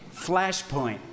flashpoint